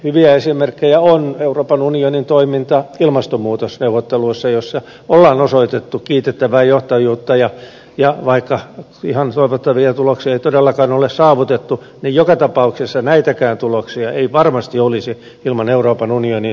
hyvä esimerkki on euroopan unionin toiminta ilmastonmuutosneuvotteluissa joissa on osoitettu kiitettävää johtajuutta ja vaikka ihan toivottavia tuloksia ei todellakaan ole saavutettu niin joka tapauksessa näitäkään tuloksia ei varmasti olisi ilman euroopan unionin panostusta